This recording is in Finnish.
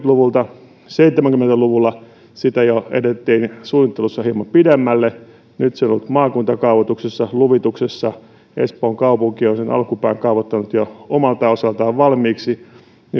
luvulta seitsemänkymmentä luvulla suunnittelussa jo edettiin hieman pidemmälle ja nyt se on ollut maakuntakaavoituksessa ja luvituksessa espoon kaupunki on sen alkupään kaavoittanut jo omalta osaltaan valmiiksi